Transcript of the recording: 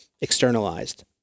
externalized